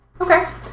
Okay